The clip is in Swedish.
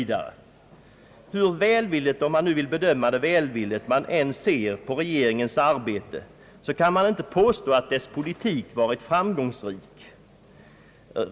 Hur välvilligt man än ser på regeringens arbete — om man nu kan bedöma det välvilligt — kan man inte påstå att dess politik varit framgångsrik.